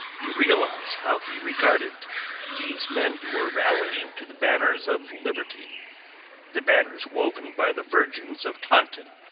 you realize how he regarded these men who were rallying to the banners of liberty the banners woven by the virgins of taunton,